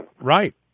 Right